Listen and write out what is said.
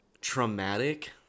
Traumatic